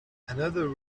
another